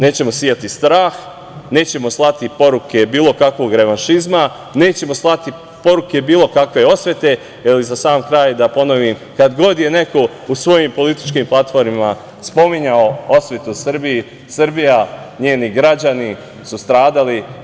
Nećemo sejati strah, nećemo slati poruke bilo kakvog revanšizma, nećemo slati poruke bilo kakve osvete, jer za sam kraj da ponovim, kad god je neko u svojim političkim platformama spominjao osvetu Srbiji, Srbija, njeni građani su stradali.